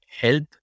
help